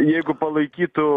jeigu palaikytų